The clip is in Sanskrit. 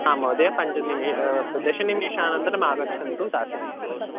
आम् महोदय पञ्चनिमे दशनिमेषानन्तरम् आगच्छन्तु दास्यामः महोदय